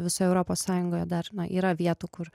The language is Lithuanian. visoje europos sąjungoje dar nu yra vietų kur